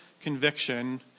conviction